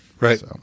right